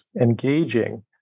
engaging